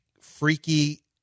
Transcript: freaky